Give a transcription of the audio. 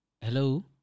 Hello